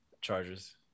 Chargers